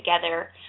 together